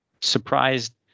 surprised